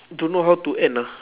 don't know how to end ah